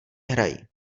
hrají